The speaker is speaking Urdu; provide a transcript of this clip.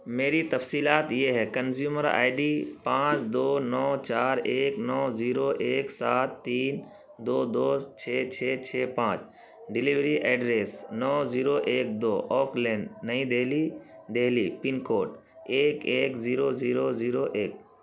میری تفصیلات یہ ہے کنزیومر آئی ڈی پانچ دو نو چار ایک نو زیرو ایک سات تین دو دو چھ چھ چھ پانچ ڈیلیوری ایڈریس نو زیرو ایک دو اوک لین نئی دہلی دہلی پنکوڈ ایک ایک زیرو زیرو زیرو ایک